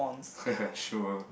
sure